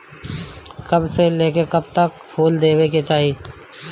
कब से लेके कब तक फुल देवे के चाही?